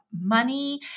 money